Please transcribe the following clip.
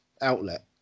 outlet